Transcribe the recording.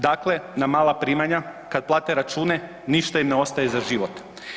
Dakle, na mala primanja kad plate račune, ništa im ne ostaje za život.